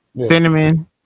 cinnamon